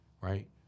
right